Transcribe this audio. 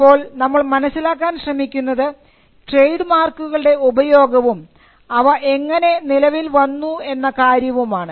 ഇപ്പോൾ നമ്മൾ മനസ്സിലാക്കാൻ ശ്രമിക്കുന്നത് ട്രേഡ് മാർക്കുകളുടെ ഉപയോഗവും അവ എങ്ങനെ നിലവിൽ വന്നു എന്ന കാര്യവുമാണ്